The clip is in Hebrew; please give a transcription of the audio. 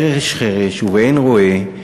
חרש חרש ובאין רואה,